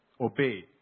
Obey